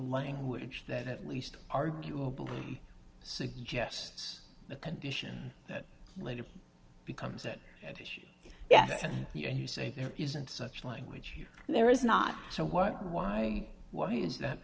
language that at least arguably suggests a condition that later becomes an issue yet you say there isn't such language here and there is not so why why why is that